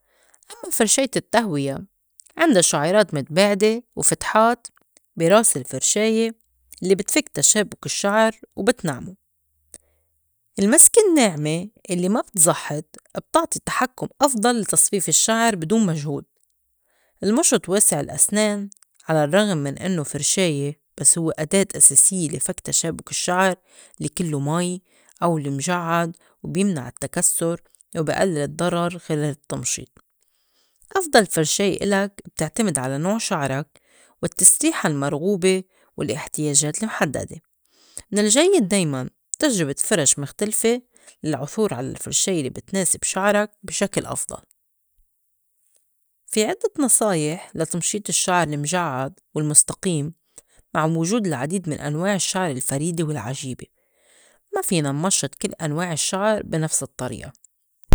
أمّا فرشاية التّهوية عِندا شُعيرات مِتباعدة وفِتحات بي راس الفرشاية الّي بتفك تشابُك الشّعر وبتنعمو المسكة النّاعمة إلّي ما بتزحّط بتعطي تحكُّم أفضل لتصفيف الشّعر بدون مجهود، المُشُط واسع الأسنان على الرّغم من إنّو فرشاية بس هوّ أداة أساسيّة لِفَك تشابُك الشّعر لي كلّو مي أو المجعّد وبيمنع التكسّر وبي ألّل الضّرر خِلال التّمشيط. أفضل فرشاية إلك بتعتمد على نوع شعرك والتّسريحة المرغوبة والاحتياجات المحدّدة، من الجيّد دايماً تجرُبة فِرَش مِخْتلفة للعثور على الفرشاية لي بتناسب شعرك بي شكل أفضل. في عدّة نصايح لتمشيط الشّعر المجعّد والمُستقيم مع وجود العديد من أنواع الشّعر الفريدة والعجيبة ما فينا نمشّط كل أنواع الشّعر بي نفس الطّريئة.